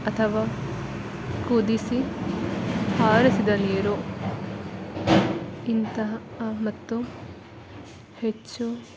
ಅಥವಾ ಕುದಿಸಿ ಹಾರಿಸಿದ ನೀರು ಇಂತಹ ಮತ್ತು ಹೆಚ್ಚು